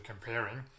comparing